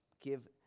give